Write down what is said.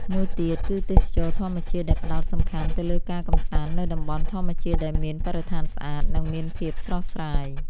មួយទៀត គឺទេសចរណ៍ធម្មជាតិដែលផ្តោតសំខាន់ទៅលើការកំសាន្តនៅតំបន់ធម្មជាតិដែលមានបរិស្ថានស្អាត និងមានភាពស្រស់ស្រាយ។